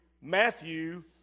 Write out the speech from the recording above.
Matthew